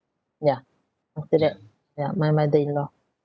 yeah after that yeah my mother-in-law